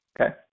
Okay